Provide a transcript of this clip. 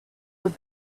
that